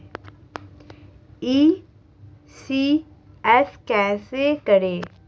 ECS कैसे करें?